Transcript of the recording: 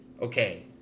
okay